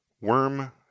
Worm